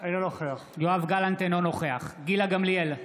אינו נוכח גילה גמליאל,